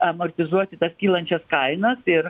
amortizuoti tas kylančias kainas ir